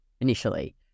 initially